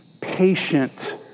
patient